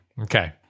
Okay